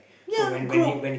ya grow